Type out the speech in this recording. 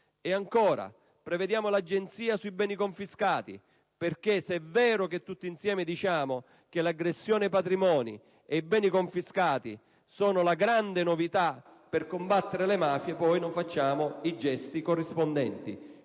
l'istituzione dell'Agenzia sui beni confiscati, perché se è vero che tutti insieme diciamo che l'aggressione ai patrimoni e i beni confiscati sono la grande novità per combattere le mafie, poi però non compiamo i gesti corrispondenti